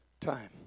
time